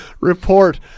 report